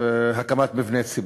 והקמת מבני ציבור.